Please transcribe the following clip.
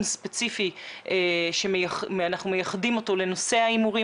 ספציפי שאנחנו מייחדים אותו לנושא ההימורים,